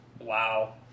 Wow